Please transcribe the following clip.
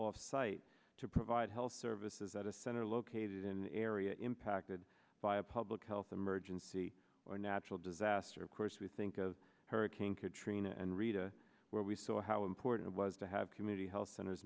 offsite to provide health services at a center located in area impacted by a public health emergency or natural disaster of course we think of hurricane katrina and rita where we saw how important it was to have community